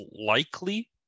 likely